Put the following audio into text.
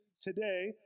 today